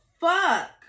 fuck